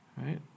right